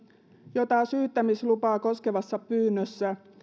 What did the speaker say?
jota syyttämislupaa koskevassa pyynnössä